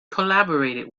collaborated